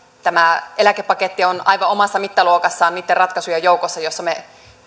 tämä eläkepaketti on aivan omassa mittaluokassaan niitten ratkaisujen joukossa joilla me